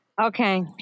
Okay